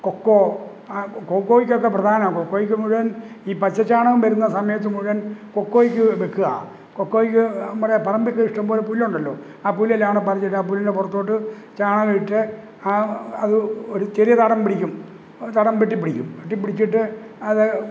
cocoa ആ കൊക്കോയ്ക്കൊക്കെ പ്രധാനാ കൊക്കോയ്ക്ക് മുഴുവൻ ഈ പശു ചാണകം വരുന്ന സമയത്ത് മുഴുവൻ കൊക്കോയ്ക്ക് വെക്കുകയാണ് കൊക്കോയ്ക്ക് മറ്റേ പറമ്പിൽ ഇഷ്ടമ്പോലെ പുല്ലുണ്ടല്ലൊ ആ പുല്ലെല്ലാങ്കൂടെ പറിച്ചിട്ട് ആ പുല്ലിൻ്റെ പുറത്തോട്ട് ചാണകമിട്ട് ആ അത് ഒരുചെറിയ തടംപിടിക്കും തടം വെട്ടിപ്പിടിക്കും വെട്ടിപ്പിടിച്ചിട്ട് അത്